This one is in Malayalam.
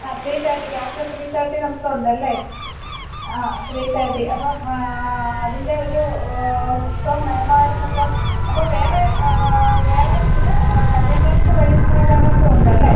ആ ത്രീ തേർട്ടിക്ക് ആഫ്റ്റർ ത്രീ തേർട്ടി നമുക്ക് ഉണ്ടല്ലേ ആ ത്രീ തേർട്ടി അപ്പം അതിൻ്റെ ഒരു പുസ്തകം വേണമായിരുന്നല്ലോ അപ്പം വേറെ വേറെ നമ്മുടെ സത്യാന്വേഷണ പരീക്ഷണ കഥകളൊക്കെ ഉണ്ട് അല്ലേ